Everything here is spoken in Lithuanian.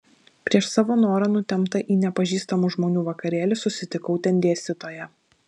prieš savo norą nutempta į nepažįstamų žmonių vakarėlį susitikau ten dėstytoją